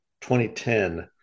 2010